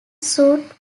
suit